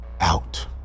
out